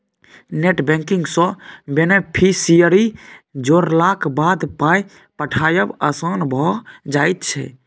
net banking सँ beneficiary जोड़लाक बाद पाय पठायब आसान भऽ जाइत छै